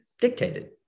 dictated